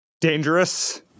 Dangerous